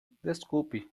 desculpe